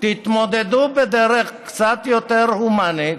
תתמודדו בדרך קצת יותר הומנית